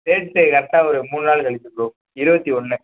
சரி சரி கரெக்டாக ஒரு மூணு நாள் கழிச்சு ப்ரோ இருபத்தி ஒன்று